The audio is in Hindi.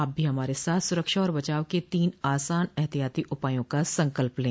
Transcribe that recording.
आप भी हमारे साथ सुरक्षा और बचाव के तीन आसान एहतियाती उपायों का संकल्प लें